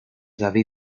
david